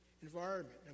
Environment